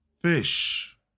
Fish